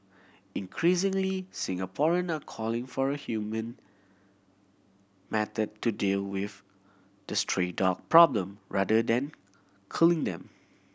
increasingly Singaporean are calling for a humane method to deal with the stray dog problem rather than culling them